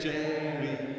Jerry